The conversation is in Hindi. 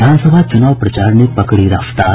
विधानसभा चुनाव प्रचार ने पकड़ी रफ्तार